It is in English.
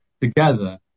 together